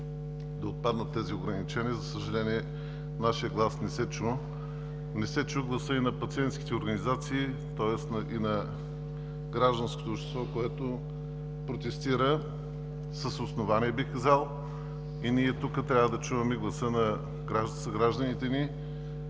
да отпаднат тези ограничения. За съжаление, нашият глас не се чу. Не се чу и гласът на пациентските организации, тоест на гражданското общество, което протестира, бих казал, с основание. Ние тук трябва да чуваме гласа на съгражданите ни